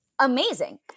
amazing